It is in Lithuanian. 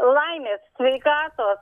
laimės sveikatos